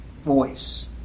voice